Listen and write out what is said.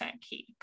keep